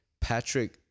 Patrick